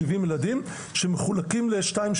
שבעים ילדים שמחולקים לשתיים,